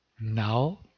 Now